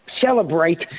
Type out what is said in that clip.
celebrate